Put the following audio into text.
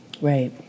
Right